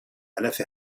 علف